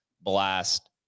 blast